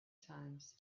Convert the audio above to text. times